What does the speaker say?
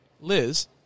Liz